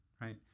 right